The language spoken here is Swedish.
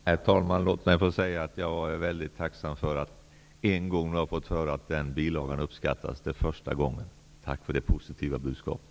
Herr talman! Låt mig få säga att jag är mycket tacksam för att en gång ha fått höra att den bilagan uppskattas. Det är första gången. Tack för det positiva budskapet.